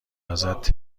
ازت